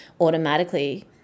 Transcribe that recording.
automatically